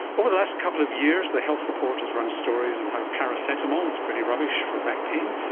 over the last couple of years the health report has run stories on how paracetamol is pretty rubbish for back pain,